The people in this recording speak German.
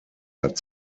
hat